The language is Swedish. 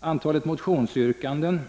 Antalet motionsyrkanden